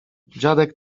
dziadek